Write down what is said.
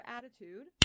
Attitude